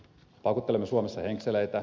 paukuttelemme suomessa henkseleitä